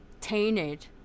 tainted